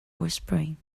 whispering